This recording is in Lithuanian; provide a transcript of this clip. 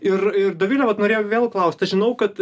ir ir dovile vat norėjau vėl klaust aš žinau kad